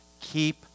Keep